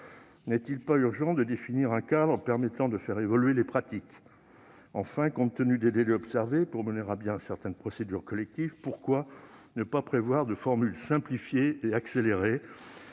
N'est-il pas urgent de définir un cadre permettant de faire évoluer les pratiques ? Enfin, compte tenu des délais observés pour mener à bien certaines procédures collectives, pourquoi ne pas prévoir des formules simplifiées et accélérées,